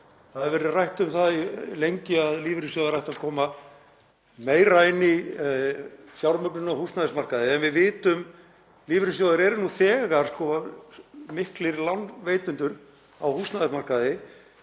Það hefur verið rætt um það lengi að lífeyrissjóðir ættu að koma meira inn í fjármögnunina á húsnæðismarkaði en við vitum að lífeyrissjóðir eru nú þegar miklir lánveitendur á húsnæðismarkaði.